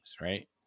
right